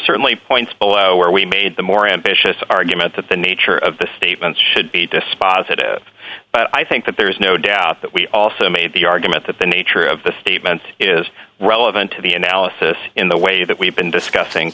certainly point zero or we made the more ambitious argument that the nature of the statement should be dispositive but i think that there is no doubt that we also may be argument that the nature of the statement is relevant to the analysis in the way that we've been discussing